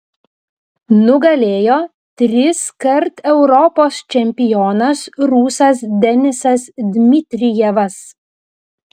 nugalėjo triskart europos čempionas rusas denisas dmitrijevas